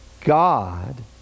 God